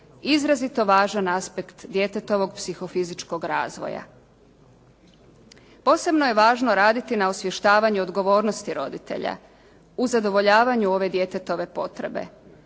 izrazito važan aspekt djetetovog psihofizičkog razvoja. Posebno je važno raditi na osvještavanju odgovornosti roditelja u zadovoljavanju ove djetetove potrebe,